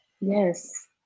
Yes